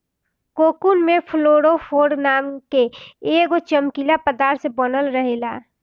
cocoon में fluorophore नाम के एगो चमकीला पदार्थ से बनल रहेला